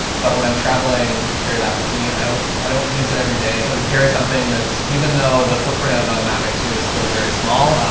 but when i'm traveling to carry that with me, i don't, i don't use it every day. so to carry something that's, even though the footprint of a maverick too is still very small. um,